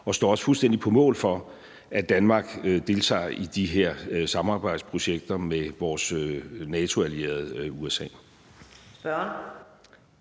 jeg står også fuldstændig på mål for, at Danmark deltager i de her samarbejdsprojekter med vores NATO-allierede USA.